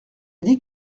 dit